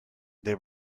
they